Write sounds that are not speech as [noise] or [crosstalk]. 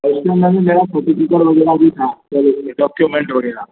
और उसके अंदर भी मेरा फोटो पिचर वग़ैरह भी था [unintelligible] डोक्योमेंटे वग़ैरह